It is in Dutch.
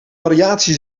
variatie